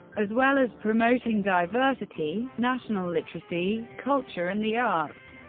as well as promoting diversity, national literacy, culture and the arts.